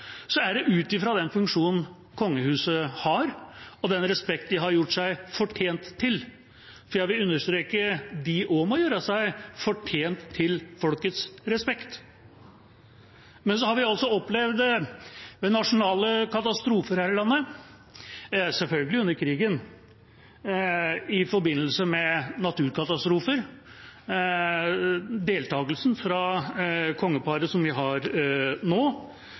er det ut fra den funksjonen kongehuset har, og den respekt de har gjort seg fortjent til. For jeg vil understreke at også de må gjøre seg fortjent til folkets respekt. Vi har opplevd nasjonale katastrofer her i landet – selvfølgelig under krigen – og i forbindelse med naturkatastrofer har vi opplevd deltakelsen fra kongeparet som vi har nå.